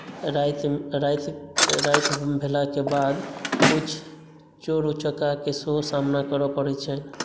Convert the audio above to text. राति राति राति भेलाक बाद किछु चोर उचक्काके सेहो सामना करय पड़ैत छनि